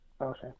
Okay